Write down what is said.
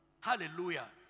Hallelujah